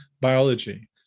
biology